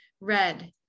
red